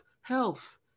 health